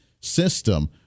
system